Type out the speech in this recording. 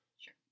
Sure